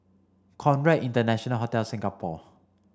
Conrad International Hotel Singapore